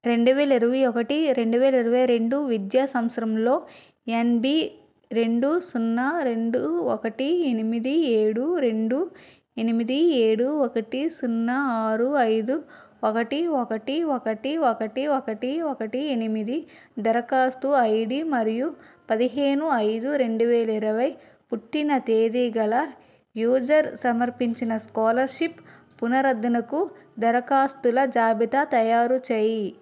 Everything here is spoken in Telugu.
రెండు వేల ఇరవై ఒకటి రెండు వేల ఇరవై రెండు విద్యా సంవత్సరంలో ఎన్బి రెండు సున్నా రెండు ఒకటి ఎనిమిది ఏడు రెండు ఎనిమిది ఏడు ఒకటి సున్నా ఆరు ఐదు ఒకటి ఒకటి ఒకటి ఒకటి ఒకటి ఒకటి ఎనిమిది దరఖాస్తు ఐడి మరియు పదిహేను ఐదు రెండు వేల ఇరవై పుట్టిన తేది గల యూజర్ సమర్పించిన స్కాలర్షిప్ పునరుద్ధరణకు దరఖాస్తుల జాబితా తయారు చెయ్యి